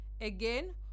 Again